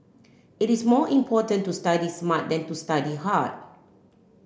it is more important to study smart than to study hard